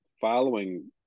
following